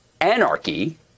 Anarchy